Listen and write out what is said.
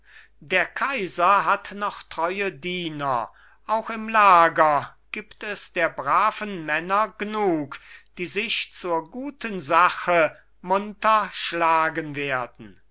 der kaiser hat noch treue diener auch im lager gibt es der braven männer gnug die sich zur guten sache munter schlagen werden